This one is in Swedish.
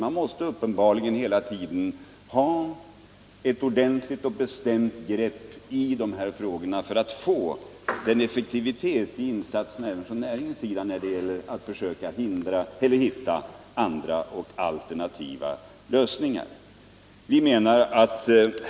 Uppenbarligen måste man hela tiden ha ett ordentligt och bestämt grepp i dessa frågor för att få effektivitet även från näringens sida när det gäller att hitta alternativa lösningar.